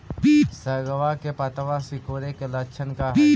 सगवा के पत्तवा सिकुड़े के लक्षण का हाई?